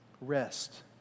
rest